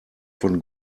von